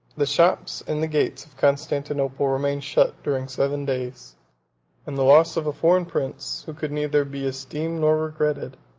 the shops and the gates of constantinople remained shut during seven days and the loss of a foreign prince, who could neither be esteemed nor regretted,